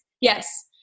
yes